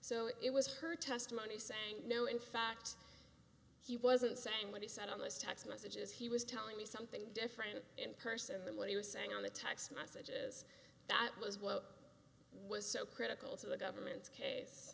so it was her testimony saying no in fact he wasn't saying what he said on those text messages he was telling me something different in person than what he was saying on the text messages that was what was so critical to the government's case